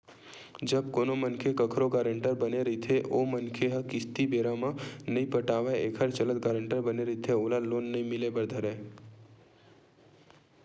जब कोनो मनखे कखरो गारेंटर बने रहिथे ओ मनखे ह किस्ती बेरा म नइ पटावय एखर चलत गारेंटर बने रहिथे ओला लोन नइ मिले बर धरय